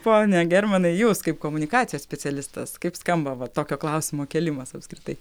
pone germanai jūs kaip komunikacijos specialistas kaip skamba va tokio klausimo kėlimas apskritai